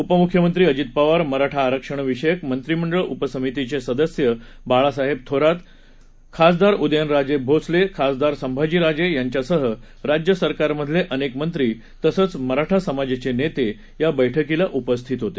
उपमुख्यमंत्री अजित पवार मराठा आरक्षण विषयक मंत्रिमंडळ उपसमितीचे सदस्य बाळासाहेब थोरात खासदार उदयन राजे खासदार संभाजी राजे यांच्यासह राज्य सरकारमधले अनेक मंत्री तसंच मराठा समाजाचे नेते या बैठकीला उपस्थित होते